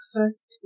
First